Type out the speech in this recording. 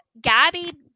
Gabby